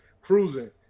cruising